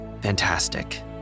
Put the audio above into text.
Fantastic